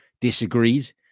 disagreed